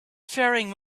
faring